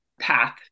path